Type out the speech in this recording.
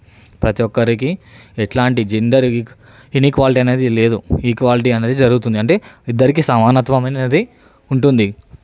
ప్రతి ఒక్కరికి ఎట్లాంటి జిందగీ ఇన్ఇక్వాలిటీ అనేది లేదు ఈ క్వాలిటీ అనేది జరుగుతుంది అంటే ఇద్దరికీ సమానత్వం అనేది ఉంటుంది